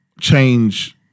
change